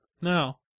No